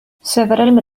several